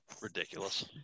Ridiculous